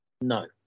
no